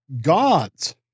God's